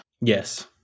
Yes